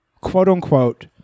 quote-unquote